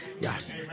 Yes